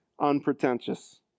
Unpretentious